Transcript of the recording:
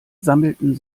sammelten